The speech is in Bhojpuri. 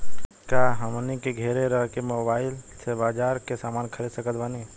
का हमनी के घेरे रह के मोब्बाइल से बाजार के समान खरीद सकत बनी?